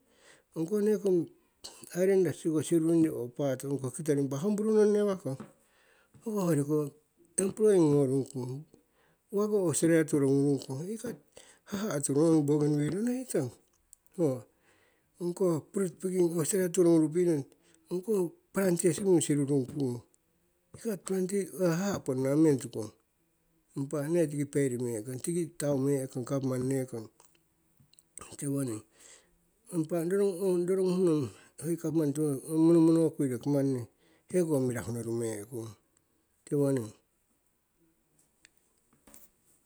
Ong hoh neekong islanders owo sirurungyong, impah paa ong koh kitori impah home brew nong newakong hoko hoi yoriko employ uwako australia toro gnurungkong igat haha' turong ongi bougainvilleki onohitong ho ongkoh fruit piking austarlia turognurupi' ong koh plantation ngung sirurungkung haha' ponna meng tukong impah nee tiki fail meehkong tiki taume'kong gapmani neekong tiwononing impah ong rironguh nong ho gapmani monomono kuii roki mani heko mirahuno ruume' kung tiwoning.